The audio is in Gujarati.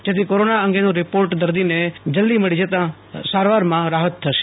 જેથી કોરોના અંગેનો રીપોર્ટ દર્દીને જલ્દી મળી જતાં સારવારમાં રાહત થશે